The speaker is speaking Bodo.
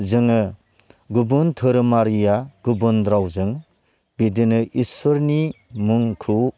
जोङो गुबुन धोरोमारिया गुबुन रावजों बिदिनो इसोरनि मुंखौ